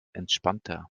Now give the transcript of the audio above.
entspannter